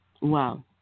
Wow